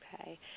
Okay